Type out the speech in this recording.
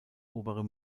obere